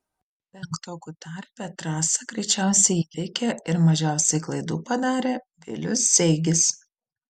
penktokų tarpe trasą greičiausiai įveikė ir mažiausiai klaidų padarė vilius zeigis